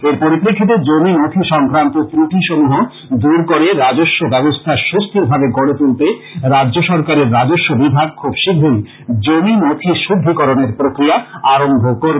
এর পরিপ্রেক্ষিতে জমি নথী সংক্রান্ত গ্রুটি সমূহ দূর করে রাজস্ব ব্যবস্থ্যা সুস্থির ভাবে গড়ে তুলতে রাজ্য সরকারের রাজস্ব বিভাগ খুব শীঘ্রই জমি নথী শুদ্ধিকরণেরন প্রক্রীয়া আরম্ভ করবে